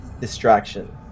distraction